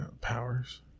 powers